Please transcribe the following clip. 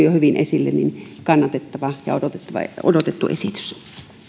jo tullut hyvin esille kannatettava ja odotettu esitys